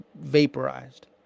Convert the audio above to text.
vaporized